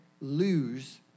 lose